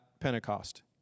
Pentecost